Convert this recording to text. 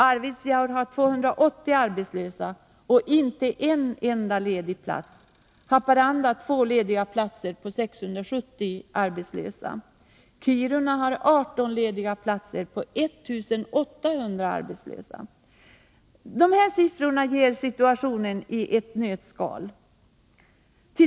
Arvidsjaur har 280 arbetslösa och inte en enda ledig plats. Haparanda har två lediga platser på 670 arbetslösa. Kiruna har 18 lediga platser på 1 800 arbetslösa. — Dessa siffror ger situationen i ett nötskal.